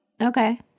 Okay